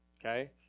Okay